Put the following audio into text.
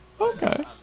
Okay